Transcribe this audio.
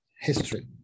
history